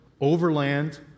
overland